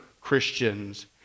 Christians